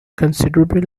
considerably